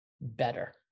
better